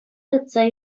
тытса